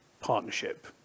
partnership